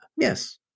yes